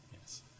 Yes